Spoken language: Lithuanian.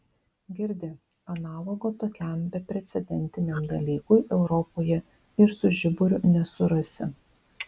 girdi analogo tokiam beprecedentiniam dalykui europoje ir su žiburiu nesurasi